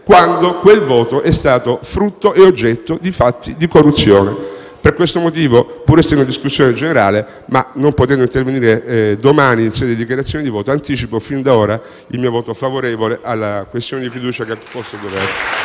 quando quel voto è stato frutto e oggetto di fatti di corruzione. Per questo motivo, pur essendo in discussione generale, ma non potendo intervenire domani in sede dichiarazione di voto, anticipo fin da ora il mio voto favorevole alla questione di fiducia che ha posto